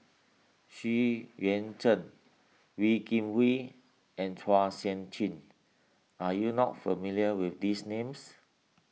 Xu Yuan Zhen Wee Kim Wee and Chua Sian Chin are you not familiar with these names